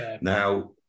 Now